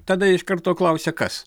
tada iš karto klausia kas